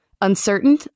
Uncertain